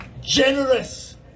generous